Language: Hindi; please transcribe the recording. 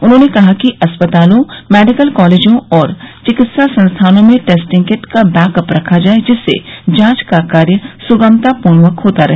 उन्होंने कहा कि अस्पतालों मेडिकल कॉलेजों और चिकित्सा संस्थानों में टेस्टिंग किट का बैकअप रखा जाये जिससे जांच का कार्य सुगमतापूर्वक होता रहे